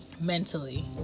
mentally